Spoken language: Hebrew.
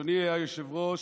אדוני היושב-ראש,